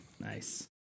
Nice